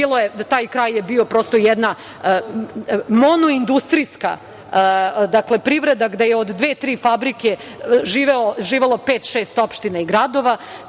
Taj kraj je bio jedna monoindustrijska privreda gde je od dve-tri fabrike živelo pet-šest opština i gradova.